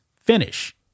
finish